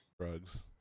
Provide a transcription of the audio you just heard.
drugs